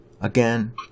Again